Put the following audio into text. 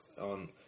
on